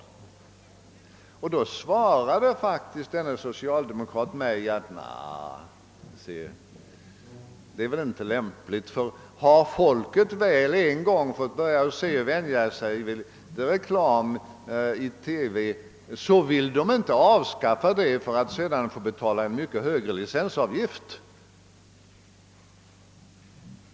Denne socialdemokrat svarade faktiskt att det var inte lämpligt, ty om folk väl börjat vänja sig vid reklam i TV ville man inte avskaffa den för att sedan få betala en mycket högre licensavgift.